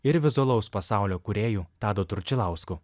ir vizualaus pasaulio kūrėju tadu tručilausku